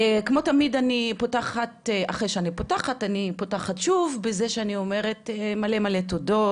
כמו תמיד אחרי שאני פותחת אני פותחת שוב בזה שאני אומרת מלא מלא תודות.